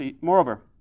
moreover